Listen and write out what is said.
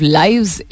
lives